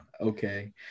okay